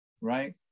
Right